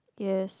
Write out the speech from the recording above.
yes